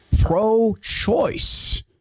pro-choice